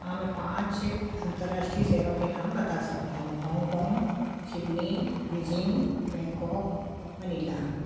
हाँ मैं पाँच अंतर्राष्ट्रीय शहरों के नाम बता सकती हूँ हाँग काँग सिडनी बीजिंग बैंकॉक मनीला